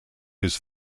his